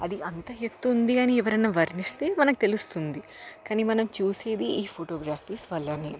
అది అంత ఎత్తు ఉంది అని ఎవరైనా వర్ణిస్తే మనకి తెలుస్తుంది కానీ మనం చూసేది ఈ ఫోటోగ్రఫీస్ వల్లనే